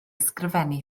ysgrifennu